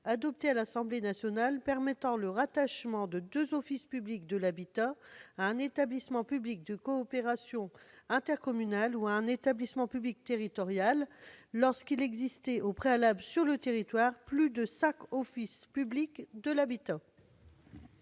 adoptée à l'Assemblée nationale permettant le rattachement de deux offices publics de l'habitat à un établissement public de coopération intercommunale ou à un établissement public territorial lorsqu'il existait au préalable sur le territoire plus de cinq offices publics de l'habitat.